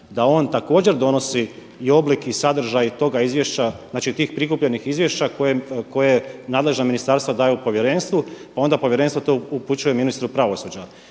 da on također donosi i oblik i sadržaj tog izvješća, znači tih prikupljenih izvješća koje nadležna ministarstva daju povjerenstvu pa onda povjerenstvo to upućuje ministru pravosuđa.